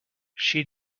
she